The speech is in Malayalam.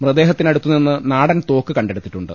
മൃതദേഹത്തിനടുത്തു നിന്ന് നാടൻതോക്ക് കണ്ടെടുത്തിട്ടുണ്ട്